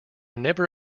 never